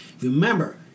remember